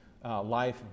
life